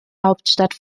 hauptstadt